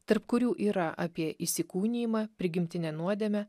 tarp kurių yra apie įsikūnijimą prigimtinę nuodėmę